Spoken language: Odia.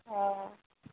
ହଁ